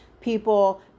people